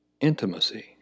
intimacy